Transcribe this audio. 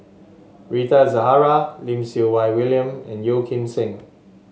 Rita Zahara Lim Siew Wai William and Yeo Kim Seng